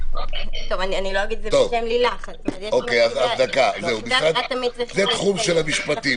אני לא אגיד את זה בשם לילך --- זה תחום של המשפטים.